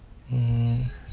mm